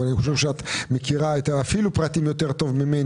אבל אני חושב שאת מכירה את הפרטים אפילו יותר טוב ממני,